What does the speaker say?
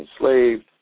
enslaved